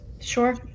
Sure